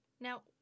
Now